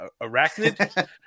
arachnid